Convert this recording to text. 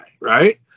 right